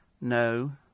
No